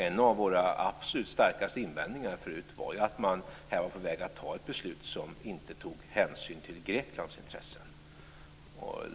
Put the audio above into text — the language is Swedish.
En av våra absolut starkaste invändningar förut var att man här var på väg att fatta ett beslut som inte tog hänsyn till Greklands intressen.